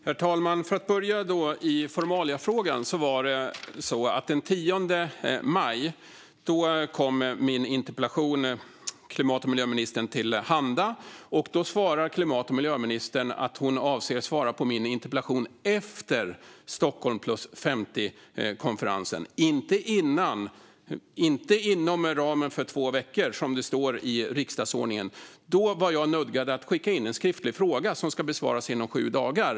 Herr talman! Låt mig börja i formaliafrågan. Den 10 maj kom min interpellation klimat och miljöministern till handa. Då svarade klimat och miljöministern att hon avsåg att svara på min interpellation efter Stockholm + 50-konferensen, inte inom två veckor som det står i riksdagsordningen. Då var jag nödgad att skicka in en skriftlig fråga som ska besvaras inom sju dagar.